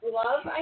love